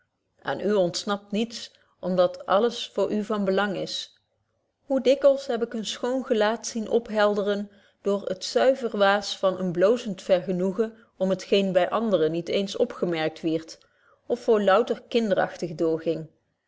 u ontsnapt niets om dat alles voor u van belang is hoe dikwyls heb ik een schoon gelaat zien ophelderen door het zuiver waas van een bloozend vergenoegen om het geen by anderen niet eens opgemerkt wierdt of voor louter kinderagtig doorging